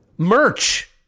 Merch